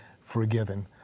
forgiven